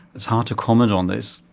it's hard to comment on this.